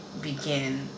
begin